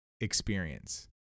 experience